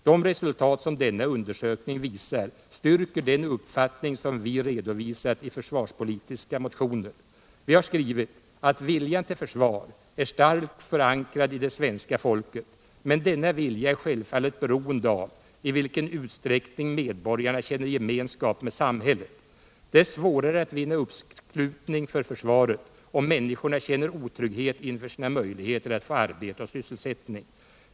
De resultat som denna undersökning visar styrker den uppfattning som vi redovisat i försvarspolitiska motioner. Vi har skrivit: ”Viljan till försvar är starkt förankrad i det svenska folket. Men denna vilja är självfallet beroende av i vilken utsträckning medborgarna känner gemenskap med samhället. Det är svårare att vinna uppslutning för försvaret om människorna känner otrygghet inför sina möjligheter att få arbete och sysselsättning.